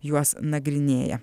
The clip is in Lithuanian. juos nagrinėja